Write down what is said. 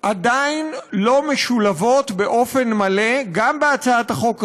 עדיין לא משולבות באופן מלא, גם בהצעת החוק הזאת,